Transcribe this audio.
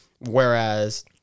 Whereas